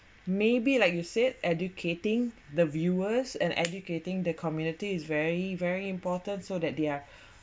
maybe like you said educating the viewers and educating the community is very very important so that they're